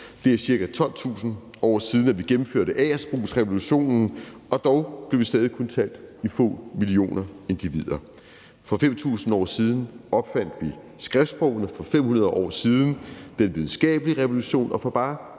Det er ca. 12.000 år siden, at vi gennemførte agerbrugsrevolutionen, og dog blev vi stadig kun talt i få millioner individer. For 5.000 år siden opfandt vi skriftsprogene. For 500 år siden kom den videnskabelige revolution, og for bare